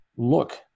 Look